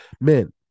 men